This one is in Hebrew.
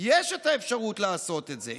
יש אפשרות לעשות את זה.